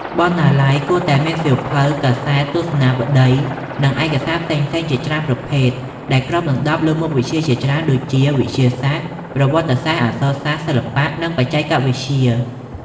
បណ្ណាល័យគួរតែមានសៀវភៅ កាសែត ទស្សនាវដ្តី និងឯកសារផ្សេងៗជាច្រើនប្រភេទ ដែលគ្របដណ្តប់លើមុខវិជ្ជាជាច្រើនដូចជា វិទ្យាសាស្ត្រ ប្រវត្តិសាស្ត្រ អក្សរសាស្ត្រ សិល្បៈ និងបច្ចេកវិទ្យា។